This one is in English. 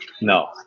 No